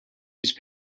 use